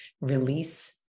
release